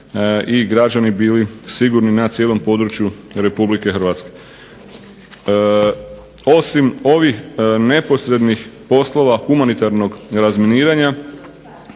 i građani bili sigurni na cijelom području Republike Hrvatske. Osim ovih neposrednih poslova humanitarnog razminiranja